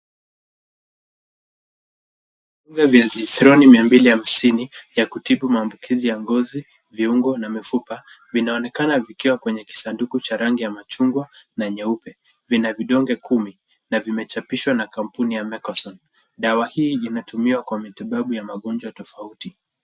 Vidonge vya Azithroni mia mbili hamsini ya kutibu maambukizi ya ngozi, viungo na mifupa, vinaonekana vikiwa kwenye kisanduku cha rangi ya machungwa na nyeupe. Vina vidonge kumi na vimechapishwa na kampuni ya Mecoson. Dawa hii inatumiwa kwa matibabu ya magonjwa tofauti.